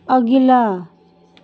अगिला